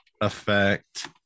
Effect